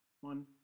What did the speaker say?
one